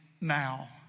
now